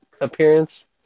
appearance